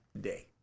day